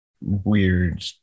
weird